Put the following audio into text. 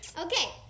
Okay